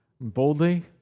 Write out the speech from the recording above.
boldly